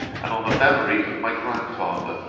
and on the memory of my grandfather.